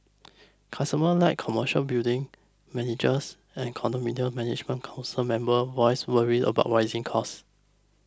customers like commercial building managers and condominium management council members voiced worries about rising costs